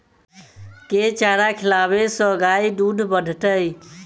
केँ चारा खिलाबै सँ गाय दुध बढ़तै?